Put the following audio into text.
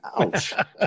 Ouch